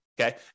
okay